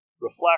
reflect